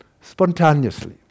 spontaneously